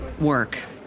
work